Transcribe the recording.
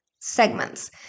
segments